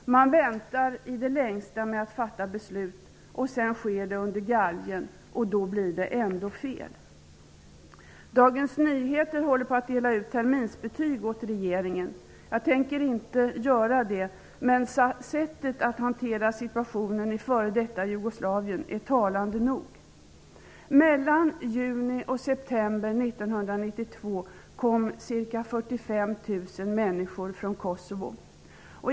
Man väntar i det längsta med att fatta beslut. Sedan sker det under galgen, och då blir det ändå fel. Dagens Nyheter håller på att dela ut terminsbetyg åt regeringen. Jag tänker inte göra det, men sättet att hantera situationen i f.d. Jugoslavien är talande nog. Mellan juni och september 1992 kom ca 45 000 människor från Kosovo.